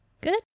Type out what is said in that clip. Good